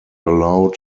allowed